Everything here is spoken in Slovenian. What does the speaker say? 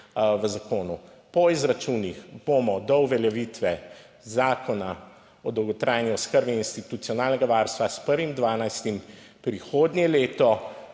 v zakonu. Po izračunih bomo do uveljavitve Zakona o dolgotrajni oskrbi institucionalnega varstva s 1. 12 prihodnje leto